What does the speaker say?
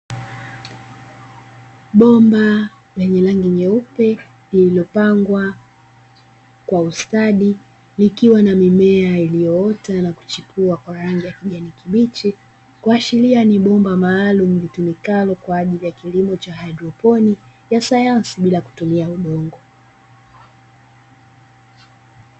Bomba lenye rangi nyeupe lililopangwa kwa ustadi, likiwa na mimea iliyoota na kuchipua kwa rangi ya kijani kibichi, kuashiria ni bomba maalumu litumikalo kwa ajili ya kilimo cha haidroponi ya sayansi bila kutumia udongo.